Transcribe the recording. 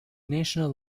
national